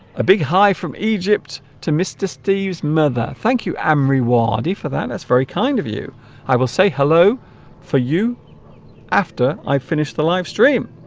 a big hi from egypt to mr. steve's mother thank you am reward you for that that's very kind of you i will say hello for you after i finished the livestream